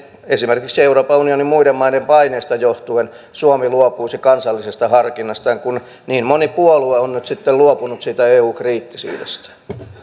esimerkiksi euroopan unionin muiden maiden paineesta johtuen suomi luopuisi kansallisesta harkinnastaan kun niin moni puolue on nyt sitten luopunut siitä eu kriittisyydestään